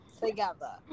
together